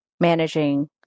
managing